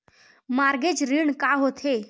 Mortgage ऋण का होथे?